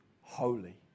holy